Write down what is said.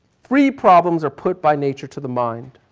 three problems are put by nature to the mind.